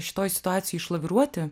šitoj situacijoj išlaviruoti